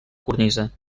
cornisa